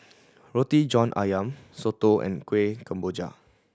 Roti John Ayam soto and Kueh Kemboja